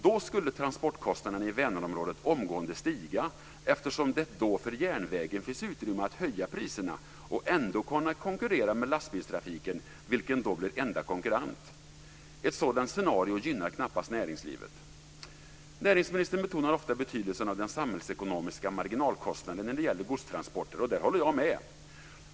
Då skulle transportkostnaden i Vänerområdet omgående stiga, eftersom det då för järnvägen finns utrymme att höja priserna och ändå kunna konkurrera med lastbilstrafiken, vilken då blir enda konkurrent. Ett sådant scenario gynnar knappast näringslivet. Näringsministern betonar ofta betydelsen av den samhällsekonomiska marginalkostnaden när det gäller godstransporter, och där håller jag med.